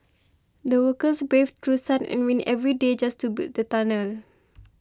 the workers braved through sun and rain every day just to build the tunnel